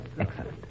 excellent